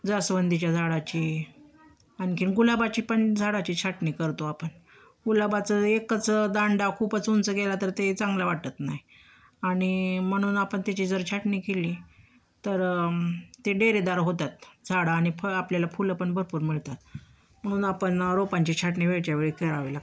जास्वंदीच्या झाडाची आणखी गुलाबाची पण झाडाची छाटणी करतो आपण गुलाबाचं एकच दांडा खूपच उंच गेला तर ते चांगलं वाटत नाही आणि म्हणून आपण त्याची जर छाटणी केली तर ते डेरेदार होतात झाडं आणि फळं आपल्याला फुलं पण भरपूर मिळतात म्हणून आपण ना रोपांची छाटणी वेळच्यावेळी करावी लागते